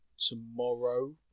tomorrow